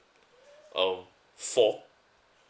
um four